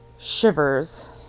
Shivers